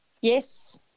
Yes